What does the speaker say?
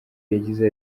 yagize